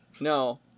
no